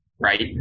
Right